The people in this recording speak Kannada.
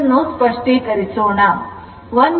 ಇದನ್ನು ಸ್ಪಷ್ಟೀಕರಿಸೋಣ